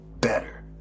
better